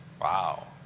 Wow